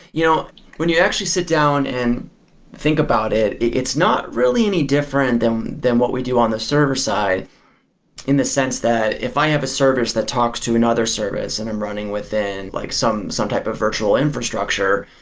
you know when you actually sit down and think about it, it's not really any different than than what we do on the server-side in the sense that if i have a service that talks to another service and i'm running within like some some type of virtual infrastructure,